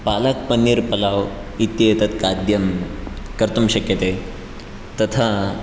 पालक् पन्नीर् पलाव् इत्येतद् खाद्यं कर्तुं शक्यते तथा